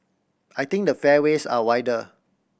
I think the fairways are wider